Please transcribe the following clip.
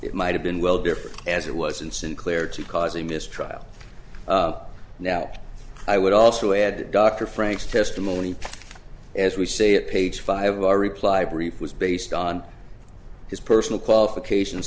it might have been well different as it was and sinclair to causing this trial now i would also add dr frank's testimony as we see it page five of our reply brief was based on his personal qualifications